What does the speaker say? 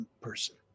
person